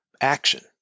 action